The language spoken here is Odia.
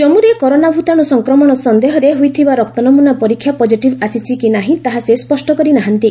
ଜାଞ୍ଗୁରେ କରୋନା ଭୂତାଣୁ ସଂକ୍ରମଣ ସନ୍ଦେହରେ ହୋଇଥିବା ରକ୍ତ ନମୁନା ପରୀକ୍ଷା ପଜିଟିଭ୍ ଆସିଛି କି ନାହିଁ ତାହା ସେ ସ୍ୱଷ୍ଟ କରି ନାହାନ୍ତି